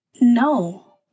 No